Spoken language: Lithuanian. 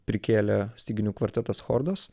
prikėlė styginių kvartetas chordos